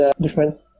different